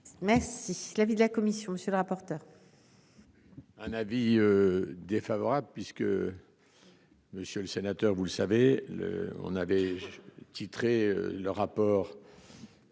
Merci. L'avis de la commission, monsieur le rapport.